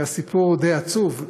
והסיפור די עצוב.